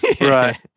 Right